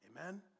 Amen